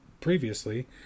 previously